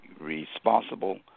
responsible